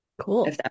cool